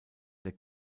der